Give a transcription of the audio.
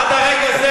עד לרגע זה,